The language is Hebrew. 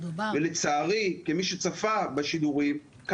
לצערי כמי שצפה בשידורים,